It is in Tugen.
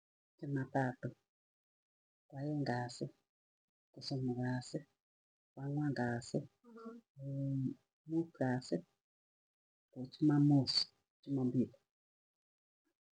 Chuma tatu, kwaeng kasii, ksomok kasii, kwang'wan kasii, komuut kasi, ko jumamoss jumambili.